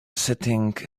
setting